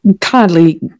kindly